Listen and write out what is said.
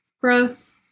Gross